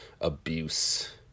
Abuse